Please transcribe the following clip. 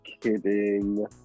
kidding